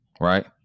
right